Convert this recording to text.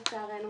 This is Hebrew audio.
לצערנו,